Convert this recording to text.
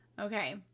Okay